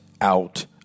out